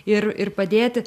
ir ir padėti